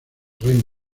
reino